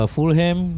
Fulham